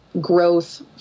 growth